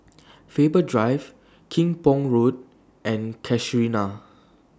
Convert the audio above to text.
Faber Drive Kim Pong Road and Casuarina